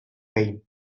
behin